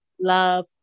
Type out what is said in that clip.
love